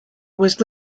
was